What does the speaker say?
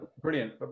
brilliant